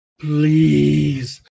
Please